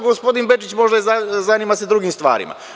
Gospodin Bečić zanima se drugim stvarima.